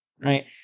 Right